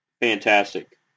fantastic